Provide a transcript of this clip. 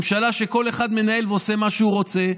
ממשלה שכל אחד מנהל ועושה מה שהוא רוצה,